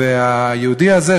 והיהודי הזה,